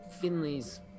Finley's